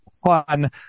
one